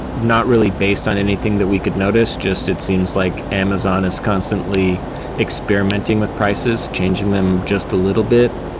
not really based on anything that we could notice. just it seems like amazon is constantly experimenting with prices, changing them just a little bit,